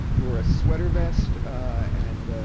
he wore a sweater vest, and, ah,